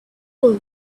will